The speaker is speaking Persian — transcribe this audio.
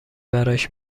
براش